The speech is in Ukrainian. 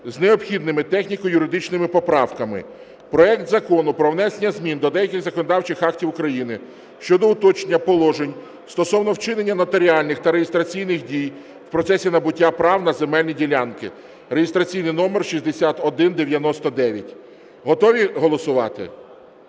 з необхідними техніко-юридичними поправками проект Закону про внесення змін до деяких законодавчих актів України щодо уточнення положень стосовно вчинення нотаріальних та реєстраційних дій в процесі набуття прав на земельні ділянки (реєстраційний номер 6199). Готові голосувати?